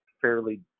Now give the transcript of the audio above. fairly